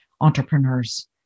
entrepreneurs